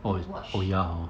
to watch